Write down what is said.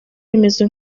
remezo